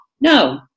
No